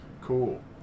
cool